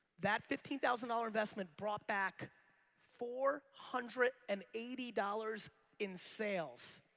that fifteen thousand dollars investment brought back four hundred and eighty dollars in sales.